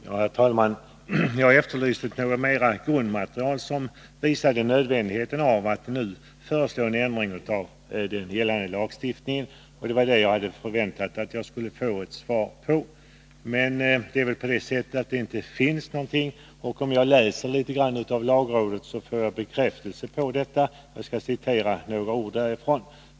Herr talman! Jag efterlyste om det fanns något grundmaterial som visade nödvändigheten av att nu föreslå en ändring av den gällande lagstiftningen. Jag hade förväntat mig att få ett svar på om det fanns något sådant, men det är tydligen så att det inte finns någonting. När jag läser vad lagrådet skriver får jag bekräftelse på detta. Jag skall citera ett stycke ur yttrandet.